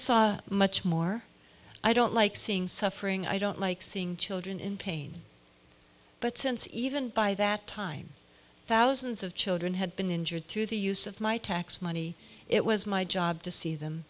saw much more i don't like seeing suffering i don't like seeing children in pain but since even by that time thousands of children had been injured through the use of my tax money it was my job to see them